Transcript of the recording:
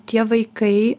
tie vaikai